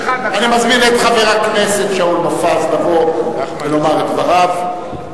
אני מזמין את חבר הכנסת שאול מופז לבוא ולומר את דבריו.